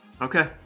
Okay